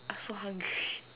I'm so hungry